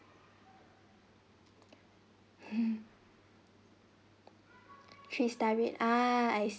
three star rate ah